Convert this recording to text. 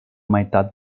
meitat